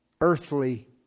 Earthly